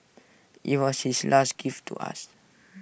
IT was his last gift to us